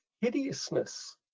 hideousness